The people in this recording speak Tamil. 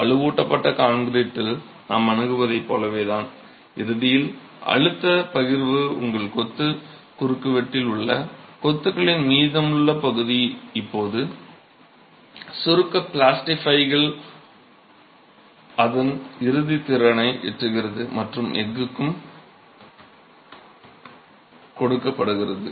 வலுவூட்டப்பட்ட கான்கிரீட்டில் நாம் அணுகுவதை போலவே தான் இறுதியில் அழுத்த பகிர்வு உங்கள் கொத்து குறுக்குவெட்டில் உள்ள கொத்துகளின் மீதமுள்ள பகுதி இப்போது சுருக்க பிளாஸ்டிஃபைகளில் அதன் இறுதித் திறனை எட்டுகிறது மற்றும் எஃகுக்கும் கொடுக்கப்பட்டுள்ளது